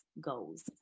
goals